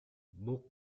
book